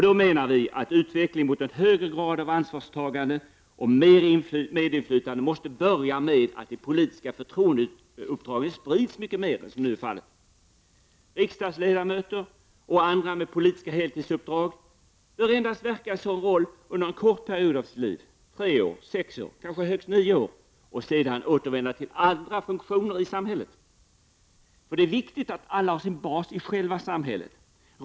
Vi menar att utvecklingen mot en högre grad av ansvarstagande och mer medinflytande måste börja med att de politiska förtroendeuppdragen sprids mycket mer än som nu är fallet. Riksdagsledamöter och andra med politiska heltidsuppdrag bör endast verka i en sådan roll under en kort period av sitt liv, tre, sex eller högst nio år, och sedan återvända till andra funktioner i samhället. Det är viktigt att alla har sin bas i själva samhället.